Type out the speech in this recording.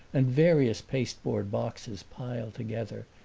and various pasteboard boxes piled together,